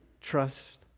trust